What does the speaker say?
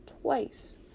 twice